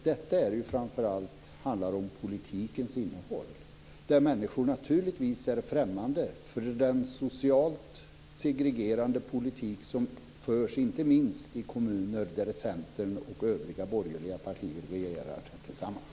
Detta handlar framför allt om politikens innehåll, där människor naturligtvis är främmande för den socialt segregerande politik som förs inte minst i kommuner där Centern och övriga borgerliga partier regerar tillsammans.